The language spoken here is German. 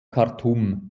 khartum